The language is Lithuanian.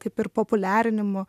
kaip ir populiarinimu